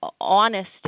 honest